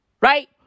Right